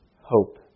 hope